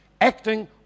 acting